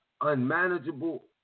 unmanageable